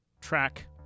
track